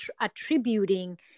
attributing